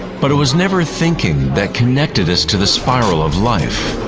but it was never thinking that connected us to the spiral of life.